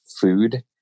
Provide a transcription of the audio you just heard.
food